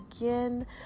Again